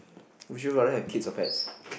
would you rather have kids or pets